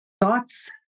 thoughts